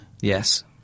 yes